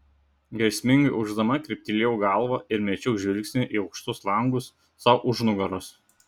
grėsmingai urgzdama kryptelėjau galvą ir mečiau žvilgsnį į aukštus langus sau už nugaros